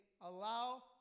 allow